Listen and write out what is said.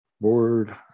board